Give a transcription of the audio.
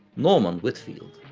norman whitfield.